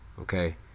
Okay